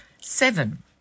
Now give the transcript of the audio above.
Seven